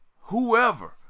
whoever